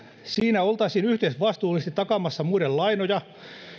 siinä oltaisiin yhteisvastuullisesti takaamassa muiden lainoja